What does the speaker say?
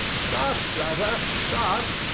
stop, driver, stop!